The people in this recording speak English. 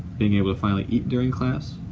being able to finally eat during class,